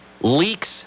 leaks